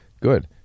Good